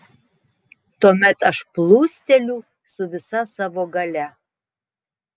tuomet aš plūsteliu su visa savo galia